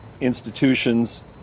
institutions